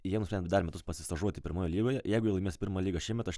jie nusprendė dar metus pasistažuoti pirmoj lygoje jeigu jie laimės pirmą lygą šiemet aš